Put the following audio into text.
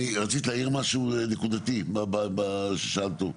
רצית להעיר משהו נקודתי, שהיה פה?